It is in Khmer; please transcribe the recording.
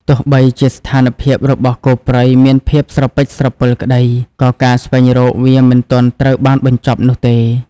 ទោះបីជាស្ថានភាពរបស់គោព្រៃមានភាពស្រពិចស្រពិលក្តី ក៏ការស្វែងរកវាមិនទាន់ត្រូវបានបញ្ចប់នោះទេ។